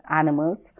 animals